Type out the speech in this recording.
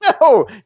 No